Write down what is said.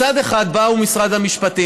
מצד אחד באו משרד המשפטים,